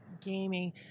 gaming